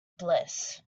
bliss